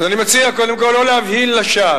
אני מציע, קודם כול, לא להבהיל לשווא.